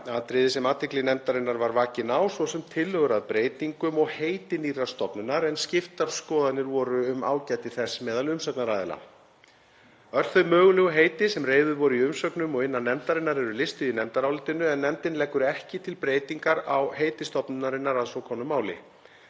atriði sem athygli nefndarinnar var vakin á, svo sem tillögur að breytingum og heiti nýrrar stofnunar, en skiptar skoðanir voru um ágæti þess meðal umsagnaraðila. Öll þau mögulegu heiti sem reifuð voru í umsögnum og innan nefndarinnar eru listuð í nefndarálitinu en nefndin leggur ekki til breytingar á heiti stofnunarinnar að svo komnu máli.